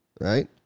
right